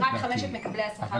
רק חמשת מקבלי השכר הגבוהים.